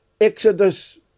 Exodus